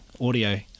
audio